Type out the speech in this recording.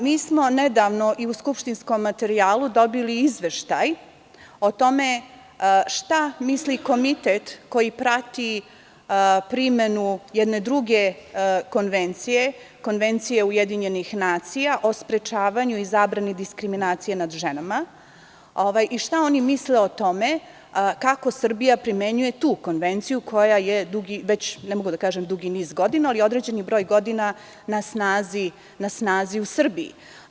Mi smo nedavno i u skupštinskom materijalu dobili izveštaj o tome šta misli Komitet koji prati primenu jedne druge konvencije – Konvencije UN o sprečavanju i zabrani diskriminacije nad ženama i šta oni misle o tome kako Srbija primenjuje tu konvenciju koja je određeni broj godina na snazi u Srbiji.